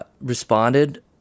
responded